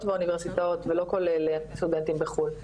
ואוניברסיטאות ולא כולל סטודנטים בחו"ל.